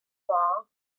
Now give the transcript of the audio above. wall